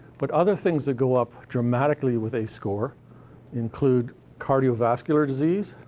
but other things that go up dramatically with ace score include cardiovascular disease,